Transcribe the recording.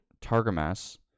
Targamas